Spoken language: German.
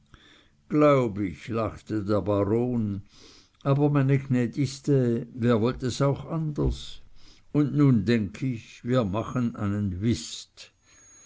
glaub ich lachte der baron aber meine gnädigste wer wollt es auch anders und nun denk ich wir machen einen whist